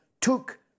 took